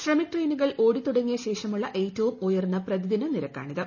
ശ്രമിക് ട്രെയിനുകൾ ഓടി തുടങ്ങിയ ശേഷമുള്ള ഏറ്റവും ഉയർന്ന പ്രതിദിനനിരക്കാണിത്